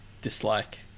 dislike